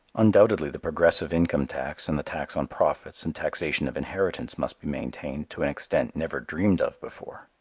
undoubtedly the progressive income tax and the tax on profits and taxation of inheritance must be maintained to an extent never dreamed of before.